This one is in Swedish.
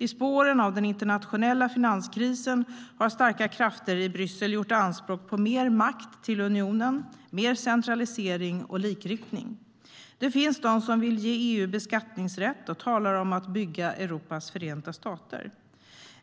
I spåren av den internationella finanskrisen har starka krafter i Bryssel gjort anspråk på mer makt till unionen, mer centralisering och likriktning. Det finns de som vill ge EU beskattningsrätt och talar om att bygga Europas förenta stater.